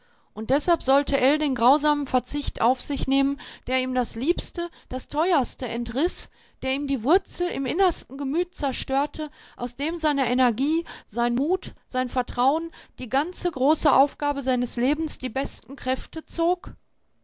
und deshalb sollte ell den grausamen verzicht auf sich nehmen der ihm das liebste das teuerste entriß der ihm die wurzel im innersten gemüt zerstörte aus dem seine energie sein mut sein vertrauen die ganze große aufgabe seines lebens die besten kräfte zog